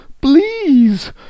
please